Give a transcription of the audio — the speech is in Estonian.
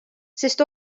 sest